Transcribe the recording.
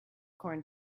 corn